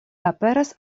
aperas